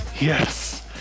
Yes